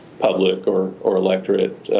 public or or lecture at